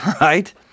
right